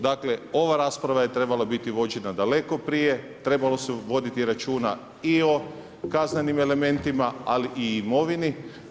Dakle ova rasprava je trebala biti vođena daleko prije, trebalo se voditi računa i o kaznenim elementima ali i o imovini.